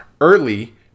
early